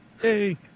Hey